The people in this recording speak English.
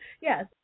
yes